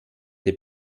der